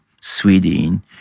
Sweden